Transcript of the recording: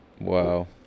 Wow